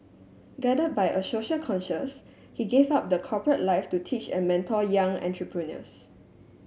guided by a social conscience he gave up the corporate life to teach and mentor young entrepreneurs